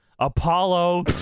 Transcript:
Apollo